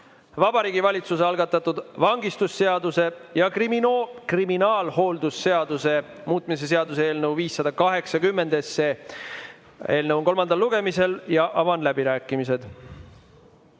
Vabariigi Valitsuse algatatud vangistusseaduse ja kriminaalhooldusseaduse muutmise seaduse eelnõu 580. Eelnõu on kolmandal lugemisel. Avan läbirääkimised.